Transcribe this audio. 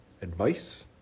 Advice